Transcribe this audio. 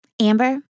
Amber